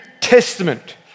Testament